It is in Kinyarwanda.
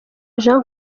jean